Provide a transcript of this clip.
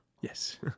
Yes